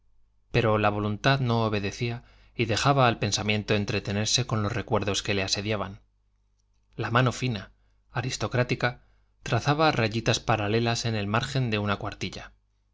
pero la voluntad no obedecía y dejaba al pensamiento entretenerse con los recuerdos que le asediaban la mano fina aristocrática trazaba rayitas paralelas en el margen de una cuartilla